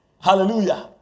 Hallelujah